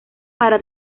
para